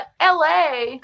LA